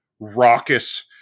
raucous